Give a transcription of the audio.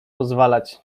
pozwalać